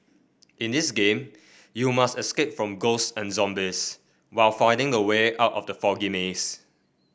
in this game you must escape from ghosts and zombies while finding a way out from the foggy maze